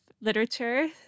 literature